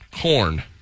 corn